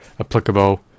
applicable